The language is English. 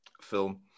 film